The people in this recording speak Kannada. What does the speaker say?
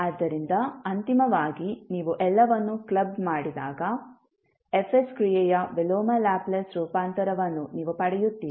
ಆದ್ದರಿಂದ ಅಂತಿಮವಾಗಿ ನೀವು ಎಲ್ಲವನ್ನೂ ಕ್ಲಬ್ ಮಾಡಿದಾಗ F ಕ್ರಿಯೆಯ ವಿಲೋಮ ಲ್ಯಾಪ್ಲೇಸ್ ರೂಪಾಂತರವನ್ನು ನೀವು ಪಡೆಯುತ್ತೀರಿ